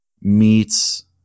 meets